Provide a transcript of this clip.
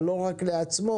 אבל לא רק לעצמו,